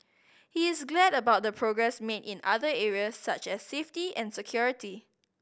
he is glad about the progress made in other areas such as safety and security